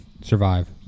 survive